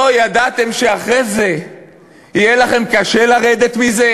לא ידעתם שאחרי זה יהיה לכם קשה לרדת מזה?